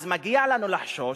אז מגיע לנו לחשוש,